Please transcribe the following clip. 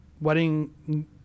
wedding